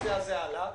הנושא הזה עלה,